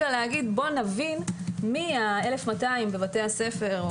שבואו נבין מי אלהה-1,200 בבתי הספר,